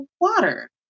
water